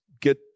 get